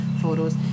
photos